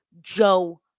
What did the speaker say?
Joe